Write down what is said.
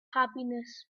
happiness